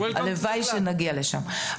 הלוואי שנגיע לשם.